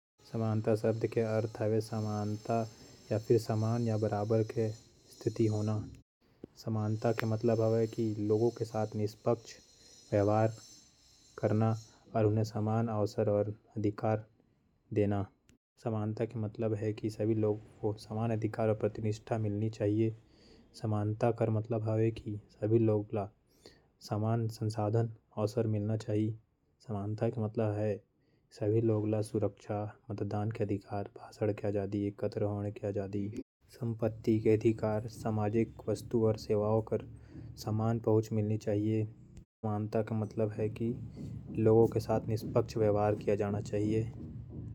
समानता के मतलब हे कि जम्मों लोगन मन संग समान व्यवहार करे। जाय अउ ओमन ल समान मउका मिलय। समानता बर लोगन मन ल उही। परिणाम मिले म मदद करना जरूरी हे। समानता के मतलब हे कि कानून के आगू जम्मों। लोगन मन संग समान व्यवहार करे जाय।